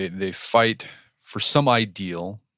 they fight for some ideal.